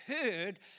heard